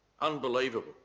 Unbelievable